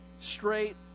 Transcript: straight